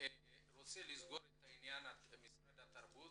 רוצה לסיים את עניין משרד התרבות,